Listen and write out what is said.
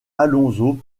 alonso